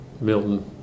Milton